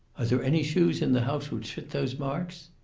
are there any shoes in the house which fit those marks?